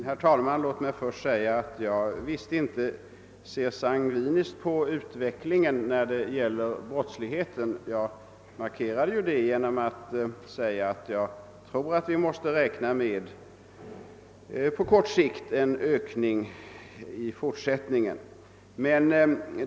Herr talman! Låt mig först säga att jag visst inte ser sangviniskt på utvecklingen när det gäller brottsligheten. Jag markerade detta genom att säga att jag tror att vi på kort sikt måste räkna med en ökning av brottsligheten i fortsättningen.